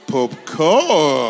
Popcorn